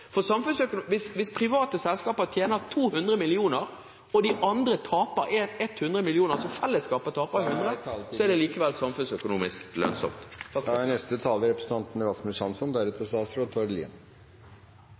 Hvis private selskaper tjener 200 mill. kr og de andre taper 100 mill. kr – hvis fellesskapet taper – er det likevel samfunnsøkonomisk lønnsomt. Da er taletiden ute. Miljøpartiet De Grønne er